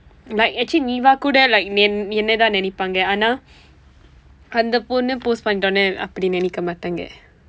like actually niva கூட:kuuda like என் என்னை தான் நினைப்பாங்க ஆனா அந்த பொண்ணு:en ennai thaan ninappaangka aanaa andtha ponnu post பண்ணியதுடன் அப்படி நினைக்கமாட்டாங்க:panniyathudan appadi ninaikkamaatdaangka